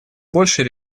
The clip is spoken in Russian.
большей